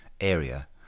area